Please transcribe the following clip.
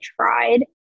tried